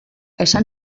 esan